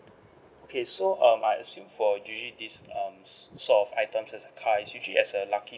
okay so um I assume for usually this um so~ sort of items car is usually as a lucky